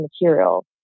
material